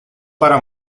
para